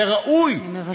וראוי, אני מבקשת לסיים.